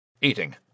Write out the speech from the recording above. Eating